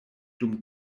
dum